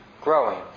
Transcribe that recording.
growing